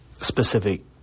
specific